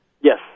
Yes